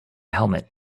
helmet